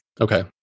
Okay